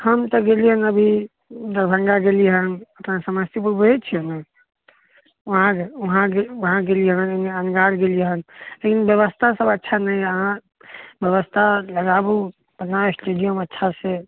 हम तऽ गेलि हन अभी दरभङ्गा गेलिहन अपना समस्तीपुर बुझैत छियै ने उहाँ उहाँ गे उहाँ गेलि हन अनगार गेलिहन लेकिन ब्यवस्था सभ अच्छा नहि हइ अहाँ ब्यवस्था लगाबू बनाउ स्टेडियम अच्छा से